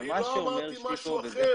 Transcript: אבל מה שאומר --- אני לא אמרתי משהו אחר.